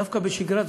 דווקא בשגרה,